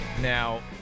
Now